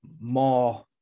more –